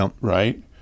right